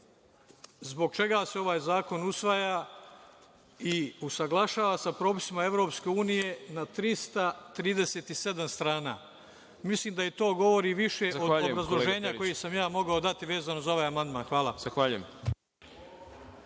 zbog čega se ovaj zakon usvaja i usaglašava sa propisima EU je 337 strana. Mislim da to govori više od obrazloženja koje sam ja mogao dati vezano za ovaj amandman. Hvala.